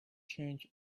change